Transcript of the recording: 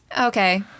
Okay